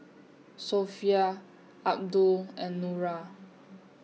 Sofea Abdul and Nura